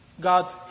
God